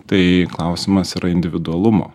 tai klausimas yra individualumo